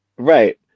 Right